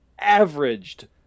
averaged